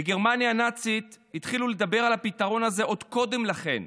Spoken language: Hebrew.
בגרמניה הנאצית התחילו לדבר על הפתרון הזה עוד קודם לכן,